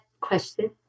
question